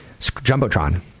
Jumbotron